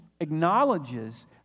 acknowledges